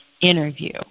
interview